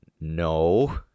no